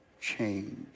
change